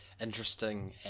interesting